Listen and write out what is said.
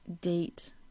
date